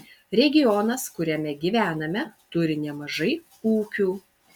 regionas kuriame gyvename turi nemažai ūkių